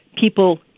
people